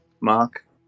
Mark